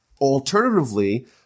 Alternatively